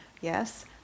Yes